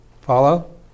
Follow